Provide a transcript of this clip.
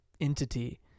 entity